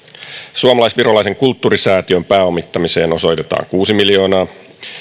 suomalais virolaisen kulttuurisäätiön pääomittamiseen osoitetaan kuusi miljoonaa